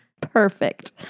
Perfect